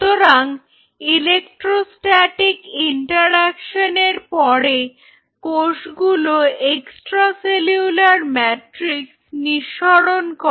সুতরাং electrostatic interaction এর পরে কোষগুলো এক্সট্রা সেলুলার ম্যাট্রিক্স নিঃসরণ করে